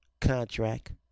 contract